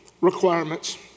requirements